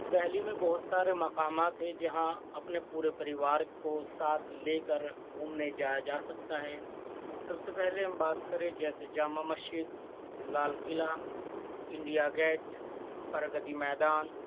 دہلی میں بہت سارے مقامات ہیں جہاں اپنے پورے پریوار کو ساتھ لے کر گھومنے جایا جا سکتا ہے سب سے پہلے ہم بات کرے جیسے جامع مسجد لال قلعہ انڈیا گیٹ پرگتی میدان